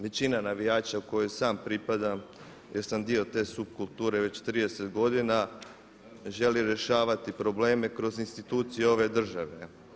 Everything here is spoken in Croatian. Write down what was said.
Većina navijača u koju sam pripadam jer sam dio te subkulture već 30 godina želi rješavati probleme kroz institucije ove države.